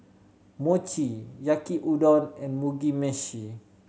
Mochi Yaki Udon and Mugi Meshi